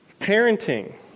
Parenting